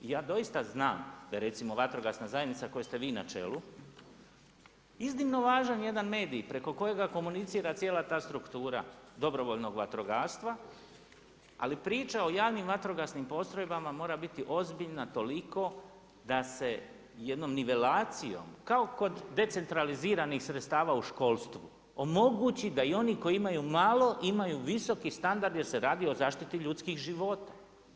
Ja doista znam da je recimo vatrogasna zajednica kojoj ste vi na čelu iznimno važan jedan medij preko kojega komunicira cijela ta struktura dobrovoljnog vatrogastva, ali priča o javnim vatrogasnim postrojbama mora biti ozbiljna toliko da se jednom nivelacijom kao kod decentraliziranih sredstava u školstvu omogući da i oni koji imaju malo imaju visoki standard jer se radi o zaštiti ljudskih života.